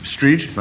Street